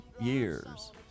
years